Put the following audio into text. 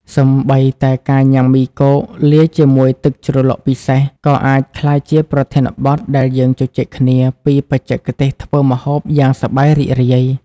សូម្បីតែការញ៉ាំមីគោក លាយជាមួយទឹកជ្រលក់ពិសេស ក៏អាចក្លាយជាប្រធានបទដែលយើងជជែកគ្នាពីបច្ចេកទេសធ្វើម្ហូបយ៉ាងសប្បាយរីករាយ។